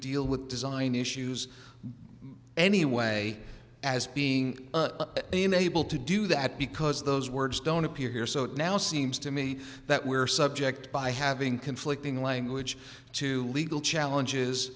deal with design issues anyway as being am able to do that because those words don't appear here so it now seems to me that we're subject by having conflicting language to legal challenges